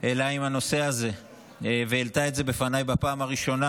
עם הנושא הזה והעלתה את זה בפניי בפעם הראשונה,